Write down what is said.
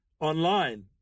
online